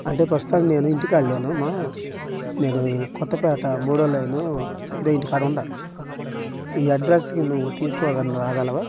అంటే ప్రస్తుతానికి నేను ఇంటికాడ లేను మా నేను కొత్తపేట మూడవ లైను ఐదవ ఇంటి కాడుండా ఈ అడ్రస్కి నువ్వు తీసుకొని రాగలవా